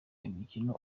imikino